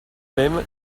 même